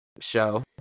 show